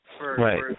Right